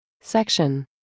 Section